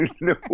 No